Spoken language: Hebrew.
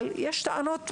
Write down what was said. אבל יש טענות,